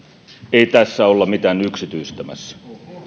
ei tässä olla mitään yksityistämässä